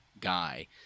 guy